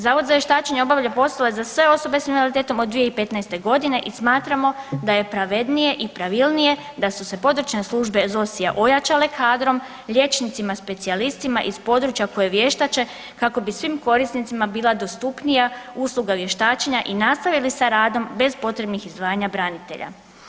Zavod za vještačenje obavlja poslove za sve osobe sa invaliditetom od 2015. godine i smatramo da je pravednije i pravilnije da su se područne službe ZOSI-a ojačale kadrom liječnicima specijalistima iz područja koji vještače kako bi svim korisnicima bila dostupnija usluga vještačenja i nastavili sa radom bez potrebnih izdvajanja branitelja.